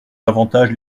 davantage